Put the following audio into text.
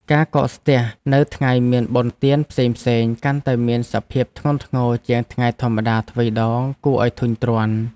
ការកកស្ទះនៅថ្ងៃមានបុណ្យទានផ្សេងៗកាន់តែមានសភាពធ្ងន់ធ្ងរជាងថ្ងៃធម្មតាទ្វេដងគួរឱ្យធុញទ្រាន់។